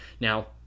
now